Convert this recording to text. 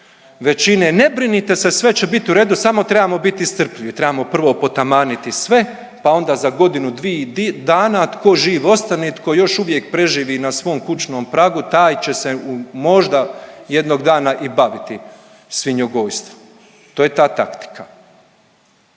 većine, ne brinite se sve će bit u redu samo trebamo biti strpljivi, trebamo prvo potamaniti sve, pa onda za godinu, dvije dana tko živ ostane tko još uvijek preživi na svom kućnom pragu taj će se možda jednog dana i baviti svinjogojstvom. To je ta taktika.